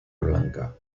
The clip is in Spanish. blanca